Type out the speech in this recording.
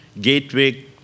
Gateway